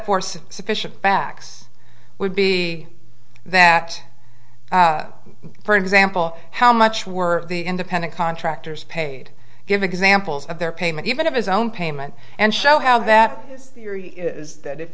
force sufficient facts would be that for example how much were the independent contractors paid give examples of their payment given of his own payment and show how that theory is that if